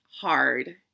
hard